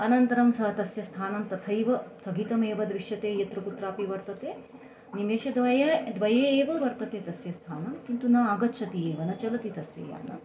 अनन्तरं सः तस्य स्थानं तथैव स्थगितमेव दृश्यते यत्र कुत्रापि वर्तते निमेषद्वये द्वये एव वर्तते तस्य स्थानं किन्तु न आगच्छति एव न चलति तस्य यानं